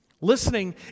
Listening